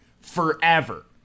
Forever